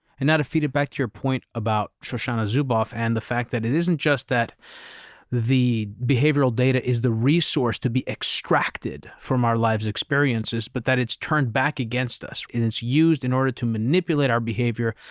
and now to feed it back to your point about shoshana zuboff and the fact that it isn't just that the behavioral data is the resource to be extracted from our lives' experiences, but that it's turned back against us, and it's used in order to manipulate our behavior,